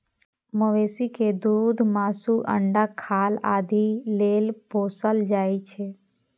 मवेशी कें दूध, मासु, अंडा, खाल आदि लेल पोसल जाइ छै